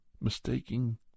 mistaking